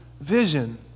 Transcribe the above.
vision